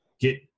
get